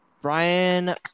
brian